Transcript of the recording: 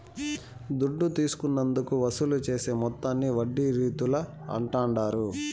దుడ్డు తీసుకున్నందుకు వసూలు చేసే మొత్తాన్ని వడ్డీ రీతుల అంటాండారు